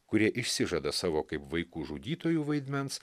kurie išsižada savo kaip vaikų žudytojų vaidmens